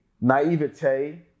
naivete